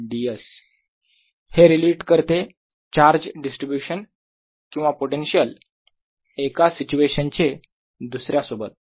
V12rdVV1surface1dSV21rdVV2surface1dS हे relate करते charge distribution किंवा पोटेन्शियल एका सिच्युएशन चे दुसऱ्या सोबत